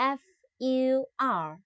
f-u-r